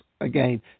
again